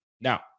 now